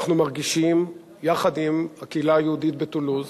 אנחנו מרגישים יחד עם הקהילה בטולוז